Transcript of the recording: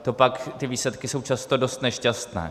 To pak ty výsledky jsou často dost nešťastné.